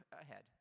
ahead